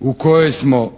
u kojoj smo